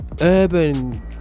Urban